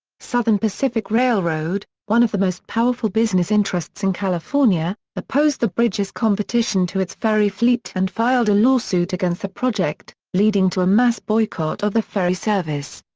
southern pacific railroad, one of the most powerful business interests in california, opposed the bridge as competition to its ferry fleet and filed a lawsuit against the project, leading to a mass boycott of the ferry service.